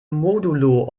modulo